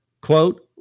quote